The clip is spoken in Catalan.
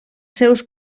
seus